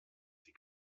sie